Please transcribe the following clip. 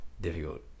difficult